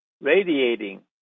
radiating